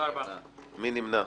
מי נמנע?